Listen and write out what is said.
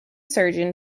surgeon